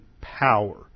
power